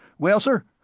well, sir,